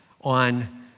on